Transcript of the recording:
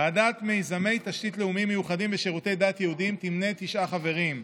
ועדת מיזמי תשתית לאומיים מיוחדים ושירותי דת יהודיים תמנה תשעה חברים: